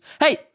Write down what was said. hey